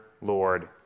Lord